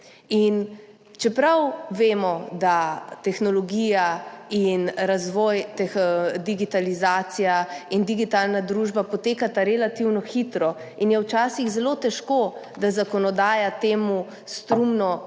Čeprav vemo, da tehnologija in razvoj, digitalizacija in digitalna družba potekata relativno hitro in je včasih zelo težko, da zakonodaja k temu strumno